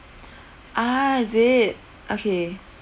ah is it okay